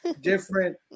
different